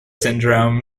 syndrome